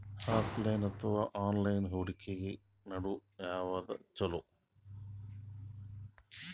Offline ಅಥವಾ online ಹೂಡಿಕೆ ನಡು ಯವಾದ ಛೊಲೊ?